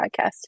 podcast